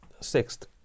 sixth